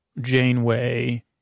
Janeway—